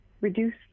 reduce